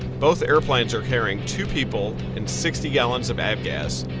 both airplanes are carrying two people and sixty gallons of avgas.